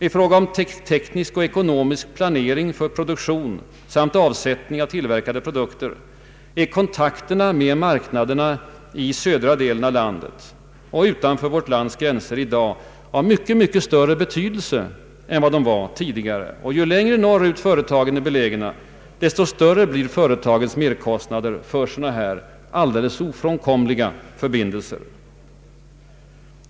I fråga om teknisk och ekonomisk planering för produktion samt avsättning av tillverkade produkter, är kontakterna med marknaderna i södra delen av landet eller utanför vårt lands gränser i dag av långt större betydelse än tidigare. Ju längre norrut företagen är belägna, desto större blir företagens merkostnader för sådana här alldeles ofrånkomliga förbindelser.